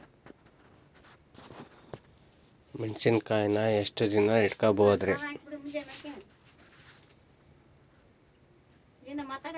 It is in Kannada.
ಮೆಣಸಿನಕಾಯಿನಾ ಎಷ್ಟ ದಿನ ಇಟ್ಕೋಬೊದ್ರೇ?